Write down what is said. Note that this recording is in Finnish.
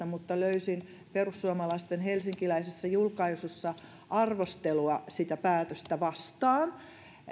mutta löysin helsinkiläisestä julkaisusta perussuomalaisten arvostelua sitä päätöstä vastaan